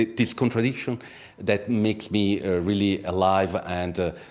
this contradiction that makes me ah really alive, and